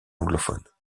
anglophones